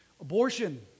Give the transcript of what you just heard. Abortion